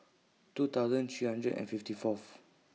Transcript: two thousand three hundred and fifty Fourth